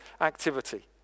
activity